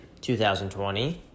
2020